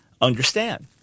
understand